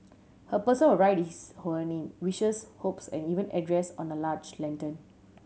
a person will write his or her name wishes hopes and even address on a large lantern